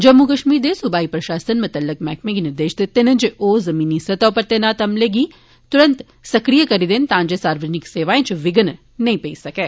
जम्मू कश्मीर दे सूबाई प्रशासनें मुतल्लका मैह्कमें गी निर्देश दित्ते न जे ओह् जमीनी सतह उप्पर तैनात अमले गी तुरत सक्रिय करी देन तांजे सार्वजनिक सेवाए च विघ्न नेई पेई सकै